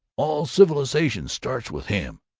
all civilization starts with him.